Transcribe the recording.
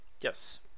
Yes